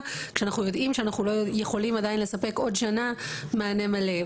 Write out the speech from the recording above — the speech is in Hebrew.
כשאנחנו יודעים שאנחנו לא יכולים עדיין לספק בעוד שנה מה נמלא.